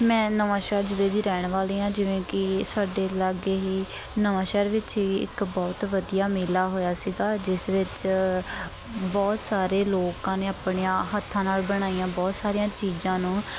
ਮੈਂ ਨਵਾਂਸ਼ਹਿਰ ਜ਼ਿਲ੍ਹੇ ਦੀ ਰਹਿਣ ਵਾਲੀ ਹਾਂ ਜਿਵੇਂ ਕਿ ਸਾਡੇ ਲਾਗੇ ਹੀ ਨਵਾਂਸ਼ਹਿਰ ਵਿੱਚ ਹੀ ਇੱਕ ਬਹੁਤ ਵਧੀਆ ਮੇਲਾ ਹੋਇਆ ਸੀਗਾ ਜਿਸ ਵਿੱਚ ਬਹੁਤ ਸਾਰੇ ਲੋਕਾਂ ਨੇ ਆਪਣਿਆਂ ਹੱਥਾਂ ਨਾਲ ਬਣਾਈਆਂ ਬਹੁਤ ਸਾਰੀਆਂ ਚੀਜ਼ਾਂ ਨੂੰ